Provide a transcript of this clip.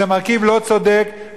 זה מרכיב לא צודק,